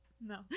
No